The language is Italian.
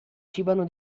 cibano